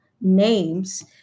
names